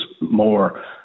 more